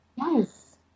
Yes